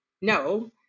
no